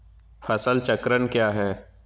फसल चक्रण क्या है?